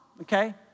okay